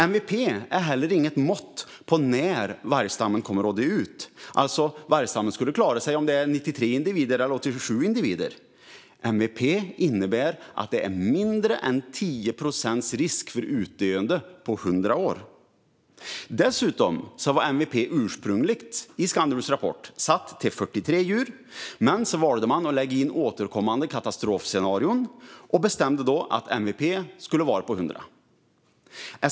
MVP är heller inget mått på när vargstammen kommer att dö ut. Vargstammen skulle alltså klara sig om det är 93 individer eller 87 individer. MVP innebär att det är mindre än 10 procents risk för utdöende på 100 år. Dessutom var MVP ursprungligen i Skandulvs rapport satt till 43 djur, men man valde att lägga in återkommande katastrofscenarier och bestämde då att MVP skulle vara 100.